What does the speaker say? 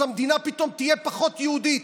אז המדינה פתאום תהיה פחות יהודית.